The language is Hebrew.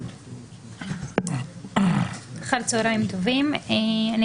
2015. העונשים המזעריים הקיימים היום בחוק העונשין